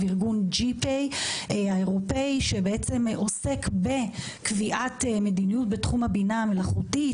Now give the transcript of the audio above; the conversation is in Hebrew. ארגון GPAI האירופי שעוסק בקביעת מדיניות בתחום הבינה המלאכותית.